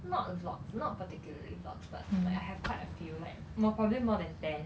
not vlogs not particularly vlogs but like I have quite a few like no probably more than ten